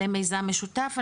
למיזם משותף,